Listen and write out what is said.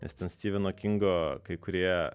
nes ten styveno kingo kai kurie